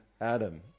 Adam